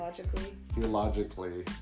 theologically